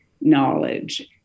knowledge